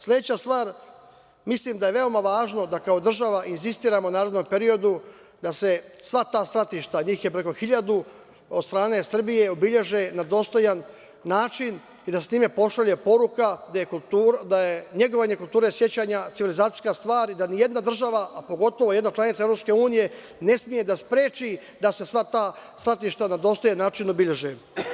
Sledeća stvar, mislim da je veoma važno da kao država insistiramo u narednom periodu da se sva ta stratišta, njih je preko hiljadu, od strane Srbije obeleže na dostojan način i da se time pošalje poruka da je negovanje kulture sećanja civilizacijska stvar i da ni jedna država, a pogotovo jedna članica EU, ne sme da spreči da se sva ta svratišta na dostojan način obeleže.